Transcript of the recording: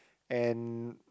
and